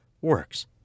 works